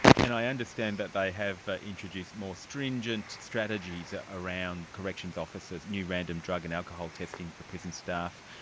and i understand that they have introduced more stringent strategies ah around corrections officers, new random drug and alcohol testing for prison staff,